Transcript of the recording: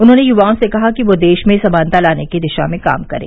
उन्होंने युवाओं से कहा कि वे देश में समानता लाने की दिशा में काम करें